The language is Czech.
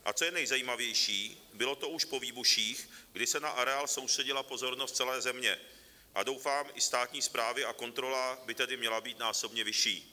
A co je nejzajímavější, bylo to už po výbuších, kdy se na areál soustředila pozornost celé země a doufám i státní správy, a kontrola by tedy měla být násobně vyšší.